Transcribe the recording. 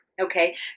okay